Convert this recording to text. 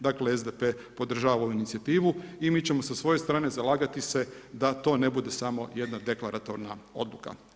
Dakle, SDP podržava ovu inicijativu i mi ćemo sa svoje strane zalagati se da to ne bude samo jedna deklaratorna odluka.